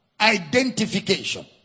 Identification